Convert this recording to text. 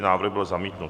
Návrh byl zamítnut.